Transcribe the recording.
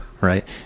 Right